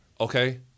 okay